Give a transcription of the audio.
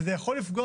וזה יכול לפגוע